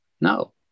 no